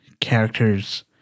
characters